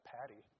Patty